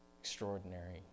Extraordinary